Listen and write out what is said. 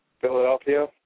Philadelphia